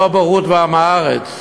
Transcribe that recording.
ולא בורות ועם-ארצות.